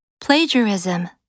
Plagiarism